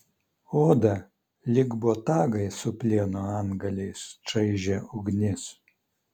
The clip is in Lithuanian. odą lyg botagai su plieno antgaliais čaižė ugnis